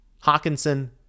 Hawkinson